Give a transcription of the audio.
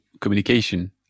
communication